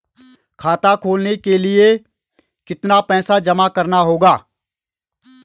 खाता खोलने के लिये कितना पैसा जमा करना होगा?